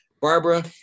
Barbara